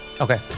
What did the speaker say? Okay